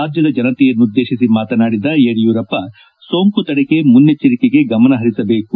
ರಾಜ್ಯದ ಜನತೆಯನ್ನುದ್ಲೇತಿಸಿ ಮಾತನಾಡಿದ ಯಡಿಯೂರಪ್ಪ ಸೋಂಕು ತಡೆಗೆ ಮುನ್ನೆಚ್ಲರಿಕೆಗೆ ಗಮನ ಪರಿಸಬೇಕು